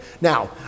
Now